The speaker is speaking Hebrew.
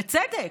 בצדק,